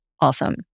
awesome